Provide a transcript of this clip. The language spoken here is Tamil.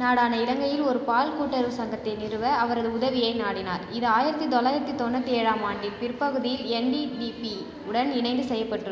நாடான இலங்கையில் ஒரு பால் கூட்டுறவு சங்கத்தை நிறுவ அவரது உதவியை நாடினார் இது ஆயிரத்தி தொள்ளாயிரத்து தொண்ணூற்றி ஏழாம் ஆண்டின் பிற்பகுதியில் என்டிடிபி உடன் இணைந்து செய்யப்பட்டது